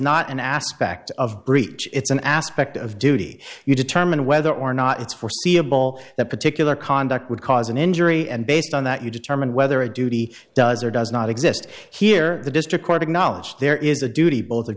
not an aspect of breach it's an aspect of duty you determine whether or not it's foreseeable that particular conduct would cause an injury and based on that you determine whether a duty does or does not exist here the district court acknowledged there is a duty both of